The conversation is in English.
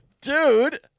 Dude